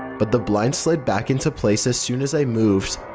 but the blind slid back into place as soon as i moved.